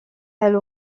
elle